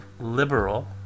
liberal